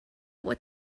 what